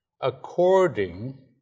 according